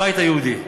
הבית היהודי.